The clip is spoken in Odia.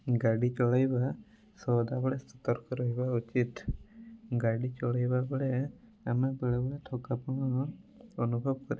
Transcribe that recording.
ଗାଡ଼ି ଚଳାଇବା ସଦାବେଳେ ସତର୍କ ରହିବା ଉଚିତ ଗାଡ଼ି ଚଳାଇବା ବେଳେ ଆମେ ବେଳେବେଳେ ଥକାପଣ ଅନୁଭବ କରିଥାଉ